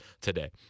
today